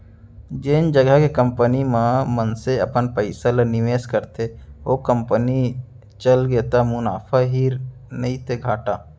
जेन जघा के कंपनी म मनसे अपन पइसा ल निवेस करथे ओ कंपनी चलगे त मुनाफा हे नइते घाटा